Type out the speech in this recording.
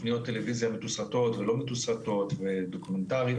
תוכניות טלוויזיה מתוסרטות ולא מתוסרטות ודוקומנטרי,